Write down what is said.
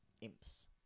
imps